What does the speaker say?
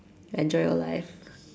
enjoy your life